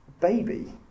baby